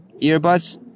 earbuds